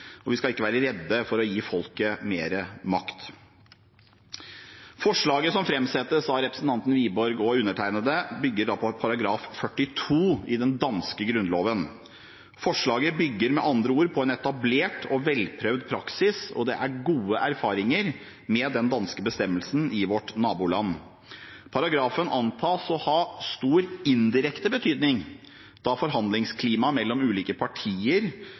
og vi skal ikke være redde for å gi folket mer makt. Forslaget som framsettes av representanten Wiborg og undertegnede, bygger på § 42 i den danske grunnloven. Forslaget bygger med andre ord på en etablert og velprøvd praksis, og det er gode erfaringer med den danske bestemmelsen i vårt naboland. Paragrafen antas å ha stor indirekte betydning, da forhandlingsklimaet mellom ulike partier